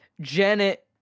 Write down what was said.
Janet